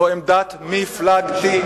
זו עמדת מפלגתי,